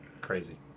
Crazy